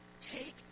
take